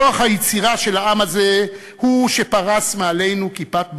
כוח היצירה של העם הזה הוא שפרס מעלינו כיפת ברזל,